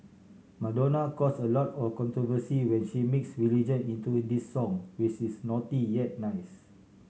Madonna cause a lot of controversy when she mix religion into this song which is naughty yet nice